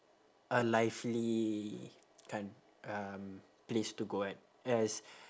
a lively coun~ um place to go at as